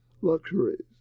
luxuries